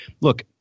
Look